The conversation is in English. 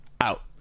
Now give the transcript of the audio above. out